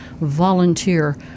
volunteer